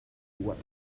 what